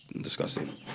disgusting